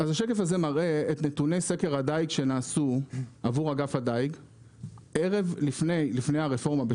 השקף הזה מראה את נתוני סקר הדיג שנעשה עבור אגף הדיג לפני הרפורמה,